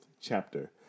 chapter